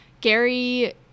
gary